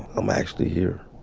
i'm actually here.